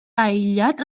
aïllat